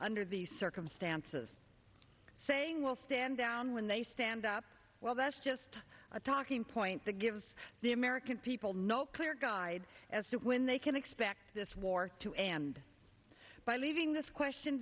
under these circumstances saying we'll stand down when they stand up well that's just a talking point that gives the american people no clear guide as to when they can expect this war to end by leaving this question